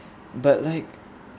but like